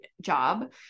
job